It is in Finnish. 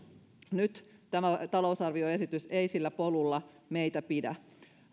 nyt tämä talousarvioesitys ei sillä polulla meitä pidä